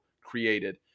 created